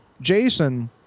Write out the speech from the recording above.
Jason